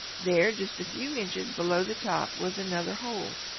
there, just a few inches below the top, was another hole,